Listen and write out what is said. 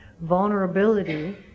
vulnerability